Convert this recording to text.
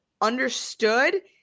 understood